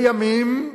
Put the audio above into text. לימים,